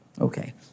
Okay